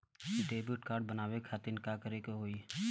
Credit card बनवावे खातिर का करे के होई?